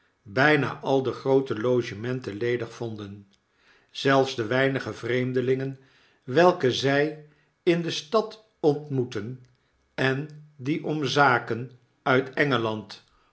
bijna al de groote logementen ledig vonden zelfs de weinige vreemdelingen welke zy in de stad ontmoetten en die om zaken uit